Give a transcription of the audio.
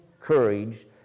courage